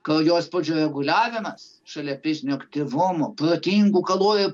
kraujospūdžio reguliavimas šalia fizinio aktyvumo protingų kalorijų